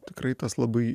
tikrai tas labai